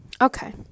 Okay